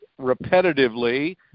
repetitively